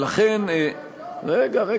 שם יותר זול.